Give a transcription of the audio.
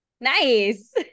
nice